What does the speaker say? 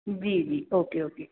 जी जी okay okay